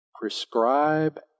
prescribe